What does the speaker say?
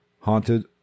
Haunted